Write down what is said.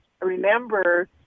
remember